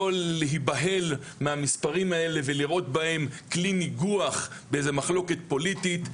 לא להיבהל מהמספרים האלה ולראות בהם כלי ניגוח באיזה מחלוקת פוליטית,